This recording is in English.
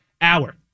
hour